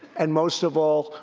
and, most of all,